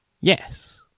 yes